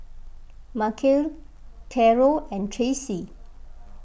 Markell Karol and Tracy